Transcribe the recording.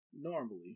Normally